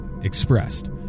Expressed